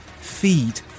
feed